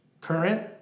current